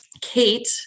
Kate